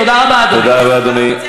תודה רבה, אדוני.